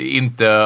inte